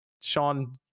Sean